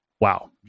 Wow